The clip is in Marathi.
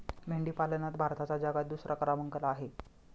मेंढी पालनात भारताचा जगात दुसरा क्रमांक आहे